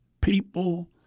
people